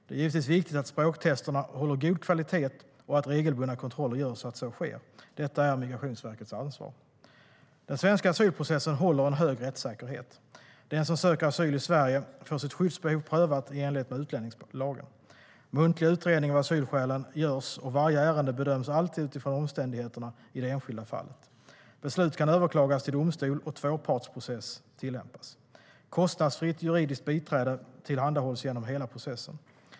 Det är givetvis viktigt att språktesterna håller god kvalitet och att regelbundna kontroller görs att så sker. Detta är Migrationsverkets ansvar. Den svenska asylprocessen håller en hög rättssäkerhet. Den som söker asyl i Sverige får sitt skyddsbehov prövat i enlighet med utlänningslagen. En muntlig utredning av asylskälen görs, och varje ärende bedöms alltid utifrån omständigheterna i det enskilda fallet. Beslut kan överklagas till domstol och tvåpartsprocess tillämpas. Kostnadsfritt juridiskt biträde tillhandahålls genom hela processen.